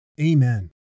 Amen